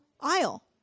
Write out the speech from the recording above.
aisle